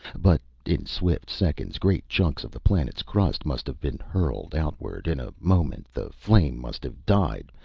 but in swift seconds, great chunks of the planet's crust must have been hurled outward. in a moment the flame must have died,